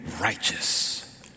righteous